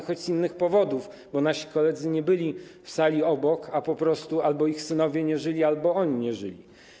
Choć z innych powodów, bo nasi koledzy nie byli w sali obok, ale po prostu albo ich synowie nie żyli, albo oni nie żyli.